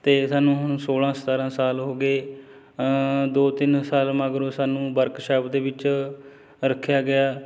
ਅਤੇ ਸਾਨੂੰ ਹੁਣ ਸੌਲ੍ਹਾਂ ਸਤਾਰ੍ਹਾਂ ਸਾਲ ਹੋ ਗਏ ਦੋ ਤਿੰਨ ਸਾਲ ਮਗਰੋਂ ਸਾਨੂੰ ਵਰਕਸ਼ਾਪ ਦੇ ਵਿੱਚ ਰੱਖਿਆ ਗਿਆ